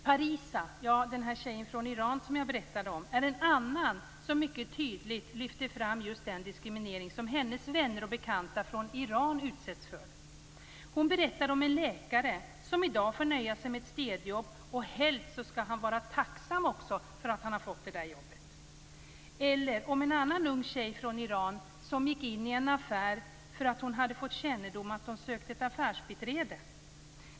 Parisa, tjejen från Iran som jag berättade om, är en annan som mycket tydligt lyft fram den diskriminering som hennes vänner och bekanta från Iran utsätts för. Hon berättade om en läkare som i dag får nöja sig med ett städjobb. Helst skall han också vara tacksam för att han fått det jobbet! Hon berättade också om en annan ung tjej från Iran som gick in i en affär därför att hon hade fått kännedom om att man sökte ett affärsbiträde.